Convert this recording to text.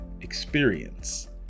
experience